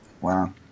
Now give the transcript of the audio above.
wow